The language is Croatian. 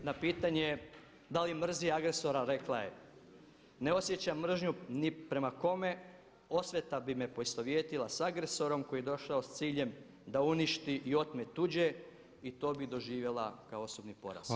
I na pitanje da li mrzi agresora rekla je „ne osjećam mržnju ni prema kome, osveta bi me poistovjetila s agresorom koji je došao s ciljem da uništi i otme tuđe i to bi doživjela kao osobni poraz“